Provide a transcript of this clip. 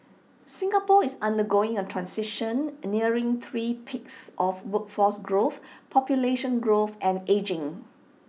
Singapore is undergoing A transition nearing three peaks of workforce growth population growth and ageing